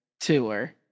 tour